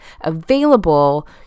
available